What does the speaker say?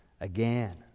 again